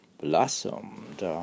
blossomed